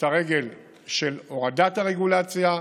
את הרגל של הורדת הרגולציה,